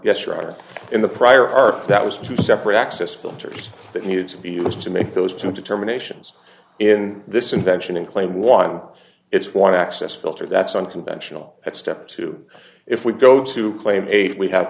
yes rather in the prior art that was two separate access filters that needed to be used to make those two determinations in this invention and claim one it's want to access filter that's unconventional at step two if we go to claim eight we have